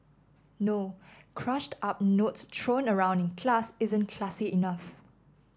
no crushed up notes thrown around in class isn't classy enough